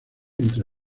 entre